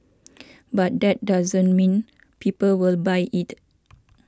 but that doesn't mean people will buy it